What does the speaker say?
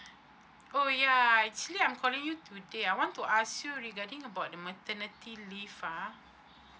oh ya actually I'm calling you today I want to ask you regarding about the maternity leave ah